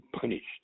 punished